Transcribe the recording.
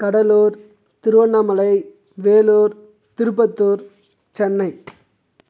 Cuddalore Tiruvannamalai Vellore Tirupattur Chennai